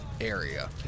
area